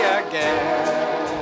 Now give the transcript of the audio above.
again